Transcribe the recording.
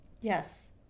Yes